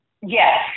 Yes